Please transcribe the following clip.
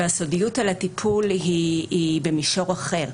והסודיות של הטיפול היא במישור אחר.